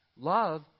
Love